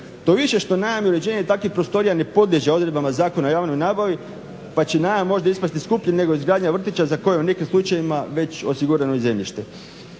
To više što najam i uređenje takvih prostorija ne podliježe odredbama Zakona o javnoj nabavi pa će najam možda ispasti skuplji nego izgradnja vrtića za koje je u nekim slučajevima već osigurano i zemljište.